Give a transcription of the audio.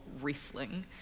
wrestling